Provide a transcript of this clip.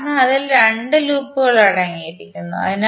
കാരണം അതിൽ 2 ലൂപ്പുകൾ അടങ്ങിയിരിക്കുന്നു